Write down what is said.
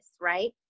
right